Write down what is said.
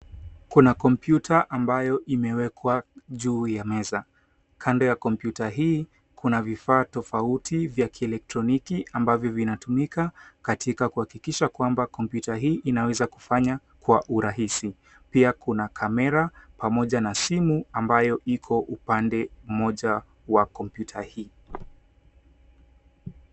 Kuna kompyuta ambayo imewekwa juu ya meza. Kando ya kompyuta hii kuna vifaa tofauti vya kielektroniki ambavyo vinatumika katka kuhakikisha kwamba kompyuta hii inaweza kufanya kwa urahisi .Pia kuna kamera pamoja na simu ambayo iko upande mmoja wa kompyuta hii.